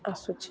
ଆସୁଛି